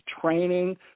training